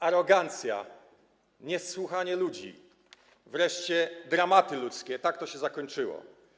Arogancja, niesłuchanie ludzi, wreszcie dramaty ludzkie, tak to się zakończyło.